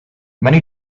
many